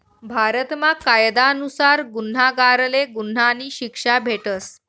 भारतमा कायदा नुसार गुन्हागारले गुन्हानी शिक्षा भेटस